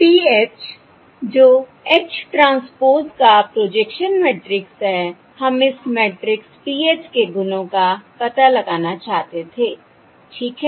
PH जो H transpose का projection matrix है हम इस मैट्रिक्स PH के गुणों का पता लगाना चाहते थे ठीक है